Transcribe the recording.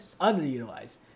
Underutilized